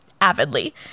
Avidly